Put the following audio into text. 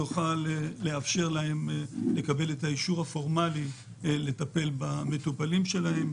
כדי שנוכל לאפשר להם לקבל את האישור הפורמאלי לטפל במטופלים שלהם,